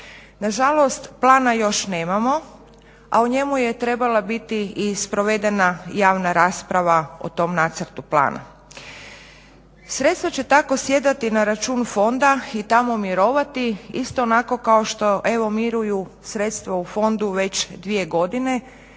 Nažalost, plana još nemamo, a u njemu je trebala biti i sprovedena javna rasprava o tom nacrtu plana. Sredstva će tako sjedati na račun fonda i tamo mirovati isto onako kao što miruju sredstva u fondu već dvije godine.